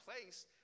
place